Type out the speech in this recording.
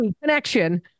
connection